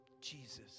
Jesus